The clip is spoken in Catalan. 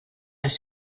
les